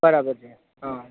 બરાબર છે હા